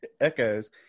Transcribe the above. Echoes